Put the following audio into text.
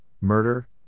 murder